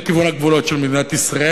לכיוון הגבולות של מדינת ישראל,